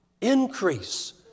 increase